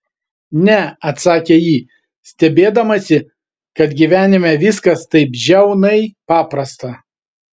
ne atsakė ji stebėdamasi kad gyvenime viskas taip žiaunai paprasta